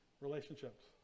relationships